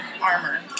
armor